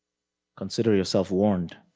consider yourself warned.